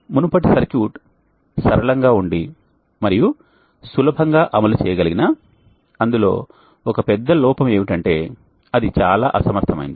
మునుపటి సర్క్యూట్ సరళంగా ఉండి మరియు సులభంగా అమలు చేయగలిగినా అందులో ఒక పెద్ద లోపం ఏమిటంటే అది చాలా అసమర్థమైనది